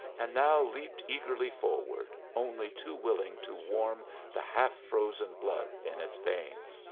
and now leaped eagerly forward, only too willing to warm the half-frozen blood in its veins.